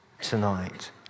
tonight